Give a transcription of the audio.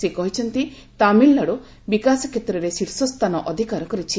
ସେ କହିଛନ୍ତି ତାମିଲନାଡୁ ବିକାଶ କ୍ଷେତ୍ରରେ ଶୀର୍ଷ ସ୍ଥାନ ଅଧିକାର କରିଛି